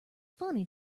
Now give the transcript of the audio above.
funny